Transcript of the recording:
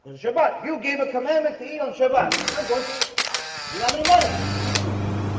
is your but you gave a commandment to eat on shabbat, i'm going to eat we have any money doesn't make a difference